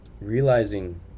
realizing